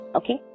okay